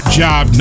job